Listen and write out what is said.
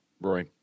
Roy